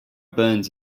burns